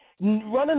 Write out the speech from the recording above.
running